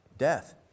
Death